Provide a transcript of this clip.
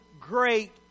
great